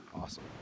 Awesome